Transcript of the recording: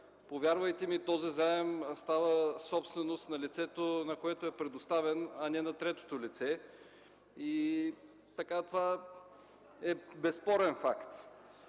повярвайте ми, този заем става собственост на лицето, на което е предоставен, а не на третото лице. Това е безспорен факт.